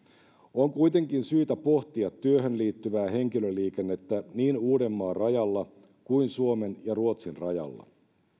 on kuitenkin syytä pohtia työhön liittyvää henkilöliikennettä niin uudenmaan rajalla kuin suomen ja ruotsin rajalla